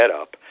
up